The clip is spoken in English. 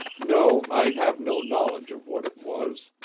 no, i have no knowledge of what it was.